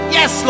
Yes